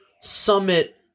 Summit